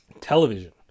television